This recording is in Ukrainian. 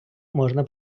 можна